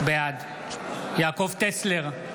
בעד יעקב טסלר,